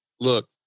Look